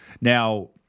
Now